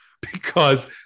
because-